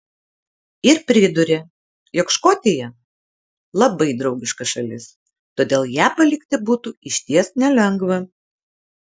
ir priduria jog škotija labai draugiška šalis todėl ją palikti būtų išties nelengva